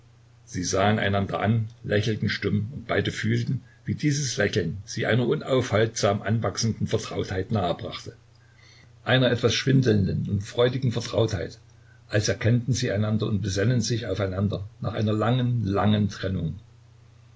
sie sahen einander an lächelten stumm und beide fühlten wie dieses lächeln sie einer unaufhaltsam anwachsenden vertrautheit nahebrachte einer etwas schwindelnden und freudigen vertrautheit als erkennten sie einander und besännen sich aufeinander nach einer langen langen trennung